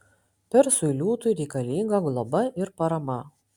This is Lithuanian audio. persui liūtui reikalinga globa ir parama